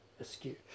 askew